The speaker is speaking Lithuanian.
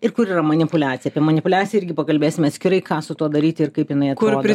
ir kur yra manipuliacija apie manipuliaciją irgi pakalbėsime atskirai ką su tuo daryti ir kaip jinai atrodo